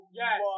yes